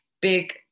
big